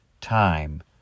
time